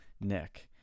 nick